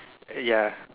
ya